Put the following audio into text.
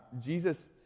Jesus